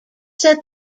set